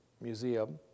Museum